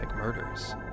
murders